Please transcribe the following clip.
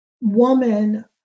woman